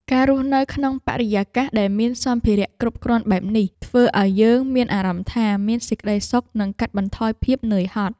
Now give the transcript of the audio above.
ការរស់នៅក្នុងបរិយាកាសដែលមានសម្ភារៈគ្រប់គ្រាន់បែបនេះធ្វើឱ្យយើងមានអារម្មណ៍ថា មានសេចក្ដីសុខនិងកាត់បន្ថយភាពនឿយហត់។